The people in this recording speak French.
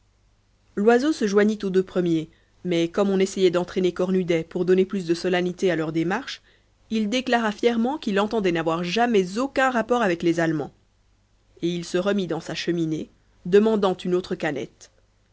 loiseau se joignit aux deux premiers mais comme on essayait d'entraîner cornudet pour donner plus de solennité à leur démarche il déclara fièrement qu'il entendait n'avoir jamais aucun rapport avec les allemands et il se remit dans sa cheminée demandant une autre canette